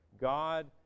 God